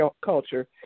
culture